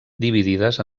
dividides